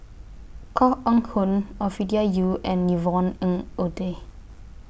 Koh Eng Hoon Ovidia Yu and Yvonne Ng Uhde